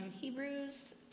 Hebrews